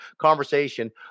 conversation